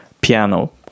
piano